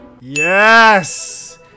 Yes